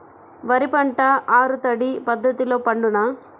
వరి పంట ఆరు తడి పద్ధతిలో పండునా?